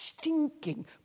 stinking